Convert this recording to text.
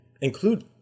include